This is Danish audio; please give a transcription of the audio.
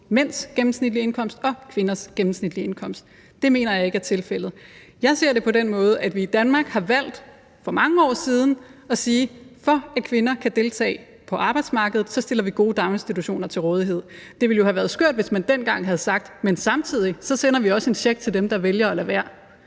mænds gennemsnitlige indkomst og kvinders gennemsnitlige indkomst. Det mener jeg ikke er tilfældet. Jeg ser det på den måde, at vi i Danmark for mange år siden har valgt at sige, at for at kvinder kan deltage på arbejdsmarkedet, stiller vi gode daginstitutioner til rådighed. Det ville jo have været skørt, hvis man dengang havde sagt: Samtidig sender vi også en check til dem, der vælger at lade være.